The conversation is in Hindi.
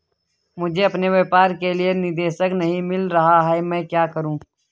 मुझे अपने व्यापार के लिए निदेशक नहीं मिल रहा है मैं क्या करूं?